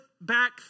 back